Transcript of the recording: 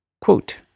Quote